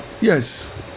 Yes